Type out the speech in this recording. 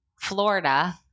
Florida